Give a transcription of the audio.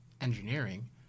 engineering